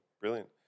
Brilliant